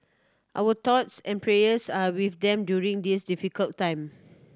our thoughts and prayers are with them during this difficult time